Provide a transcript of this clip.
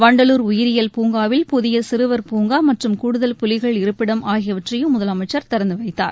வண்டலூர் உயிரியல் பூங்காவில் புதியசிறுவர் பூங்காமற்றும் கூடுதல் புலிகள் இருப்பிடம் ஆகியவற்றையும் முதலமைச்சர் திறந்துவைத்தார்